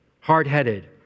hard-headed